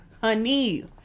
honey